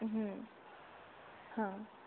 हां